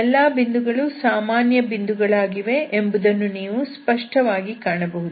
ಎಲ್ಲಾ ಬಿಂದುಗಳು ಸಾಮಾನ್ಯ ಬಿಂದುಗಳಾಗಿವೆ ಎಂಬುದನ್ನು ನೀವು ಸ್ಪಷ್ಟವಾಗಿ ಕಾಣಬಹುದು